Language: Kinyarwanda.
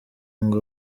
ngo